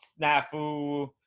snafu